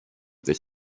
this